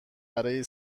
برای